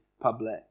public